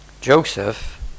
Joseph